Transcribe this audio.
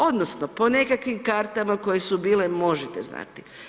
Odnosno po nekakvim kartama koje su bile, možete znati.